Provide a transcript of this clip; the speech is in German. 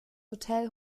hotel